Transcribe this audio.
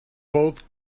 both